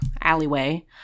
alleyway